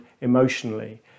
emotionally